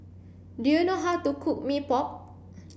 do you know how to cook Mee Pok